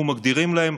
אנחנו מגדירים להם: